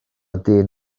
dyn